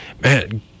man